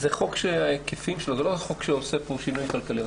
זה לא החוק שעושה כאן שינוי כלכלי.